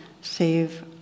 save